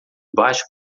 baixo